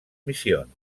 missions